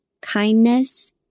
kindness